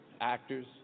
actors